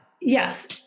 yes